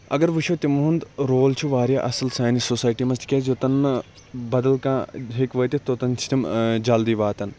اَگَر وٕچھو تِہُنٛد رول چھُ واریاہ اصل سانہِ سوسایٹی مَنٛز تکیاز یوٚتَن نہٕ بَدَل کانٛہہ ہیٚکہِ وٲتِتھ توٚتَن چھِ تِم جَلدی واتان